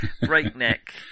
breakneck